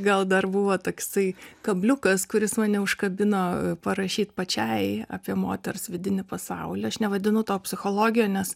gal dar buvo toksai kabliukas kuris mane užkabino parašyt pačiai apie moters vidinį pasaulį aš nevadinu to psichologija nes